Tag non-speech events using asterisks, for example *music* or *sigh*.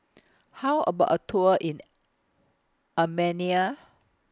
*noise* How about A Tour in Armenia